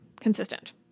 consistent